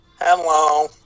Hello